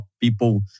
people